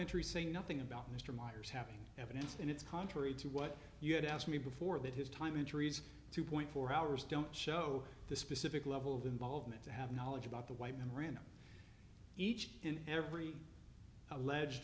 entry saying nothing about mr meyers having evidence and it's contrary to what you had asked me before that his time entries two point four hours don't show the specific level of involvement to have knowledge about the white memorandum each and every alleged